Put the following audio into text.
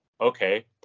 okay